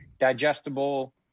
digestible